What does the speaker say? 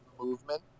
movement